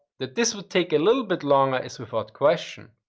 that this would take a little but longer is without question.